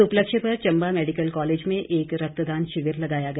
इस उपलक्ष्य पर चंबा मैडिकल कॉलेज में एक रक्तदान शिविर लगाया गया